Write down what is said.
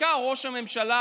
ובעיקר ראש הממשלה,